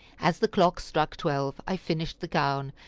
as the clock struck twelve i finished the gown,